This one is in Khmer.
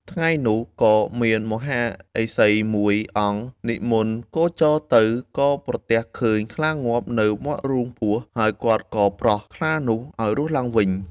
ថ្ងៃនោះក៏មានមហាឫសីមួយអង្គនិមន្តគោចរទៅ ក៏ប្រទះឃើញខ្លាងាប់នៅមាត់រូងពស់ ហើយគាត់ក៏ប្រោះខ្លានោះឱ្យរស់ឡើងវិញ។